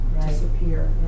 disappear